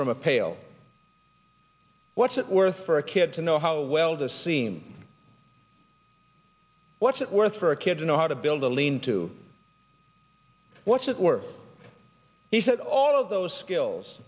from a pail what's it worth for a kid to know how well does seem what's it worth for a kid to know how to build a lean to what's his world he said all of those skills